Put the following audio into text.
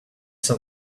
sat